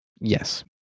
Yes